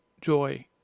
joy